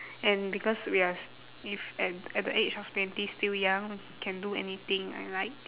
and because we are s~ if and at the age of twenty still young can do anything I like